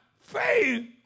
faith